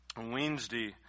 Wednesday